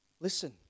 Listen